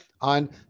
on